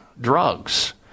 drugs